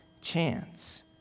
chance